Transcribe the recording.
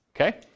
okay